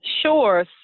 Sure